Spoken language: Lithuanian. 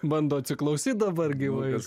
bando atsiklausyt dabar gyvai